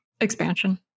expansion